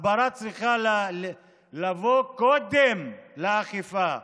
הסברה צריכה לבוא קודם לאכיפה,